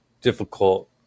difficult